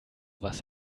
was